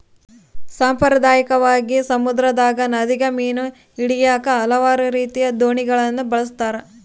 ಸಾಂಪ್ರದಾಯಿಕವಾಗಿ, ಸಮುದ್ರದಗ, ನದಿಗ ಮೀನು ಹಿಡಿಯಾಕ ಹಲವಾರು ರೀತಿಯ ದೋಣಿಗಳನ್ನ ಬಳಸ್ತಾರ